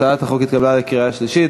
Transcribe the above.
הצעת החוק התקבלה בקריאה שנייה.